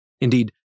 Indeed